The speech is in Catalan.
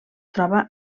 troba